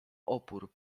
opór